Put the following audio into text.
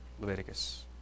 Leviticus